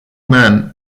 men